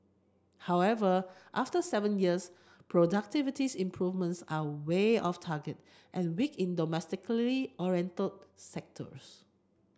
however after seven years productivity's improvements are way of target and weak in domestically oriented sectors